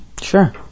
Sure